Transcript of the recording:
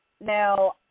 Now